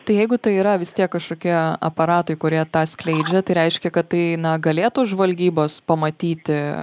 tai jeigu tai yra vis tiek kažkokie aparatai kurie tą skleidžia tai reiškia kad tai na galėtų žvalgybos pamatyti